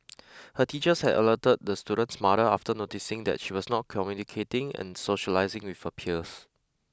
her teachers had alerted the student's mother after noticing that she was not communicating and socialising with her peers